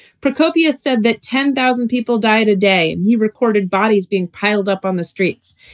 prokofiev's said that ten thousand people died a day. and he recorded bodies being piled up on the streets.